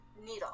needle